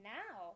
now